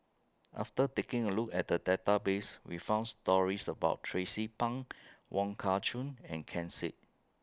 after taking A Look At The Database We found stories about Tracie Pang Wong Kah Chun and Ken Seet